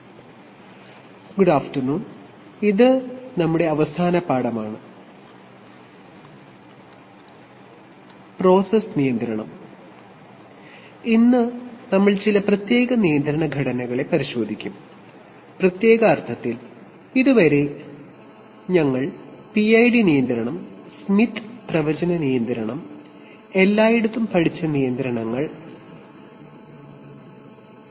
Good afternoon this is our last lesson on Process control good afternoon ഇത് ഞങ്ങളുടെ അവസാന പാഠമാണ്പ്രോസസ്സ് നിയന്ത്രണം ഇന്ന് നമ്മൾ ചില പ്രത്യേക നിയന്ത്രണ ഘടനകളെ പരിശോധിക്കും പ്രത്യേക അർത്ഥത്തിൽ ഇതുവരെ നമ്മൾ PID നിയന്ത്രണം സ്മിത്ത് പ്രവചന നിയന്ത്രണം എന്നിവയെല്ലാം പഠിച്ചു